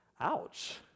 Ouch